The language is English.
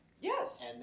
Yes